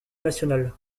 nationale